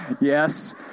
Yes